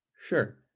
Sure